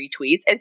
retweets